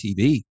TV